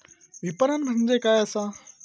विपणन म्हणजे काय असा?